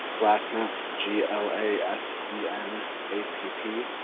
glasenapp, g l a s e n a p p.